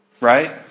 Right